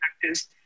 practice